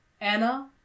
Anna